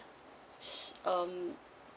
s~ um